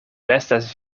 estas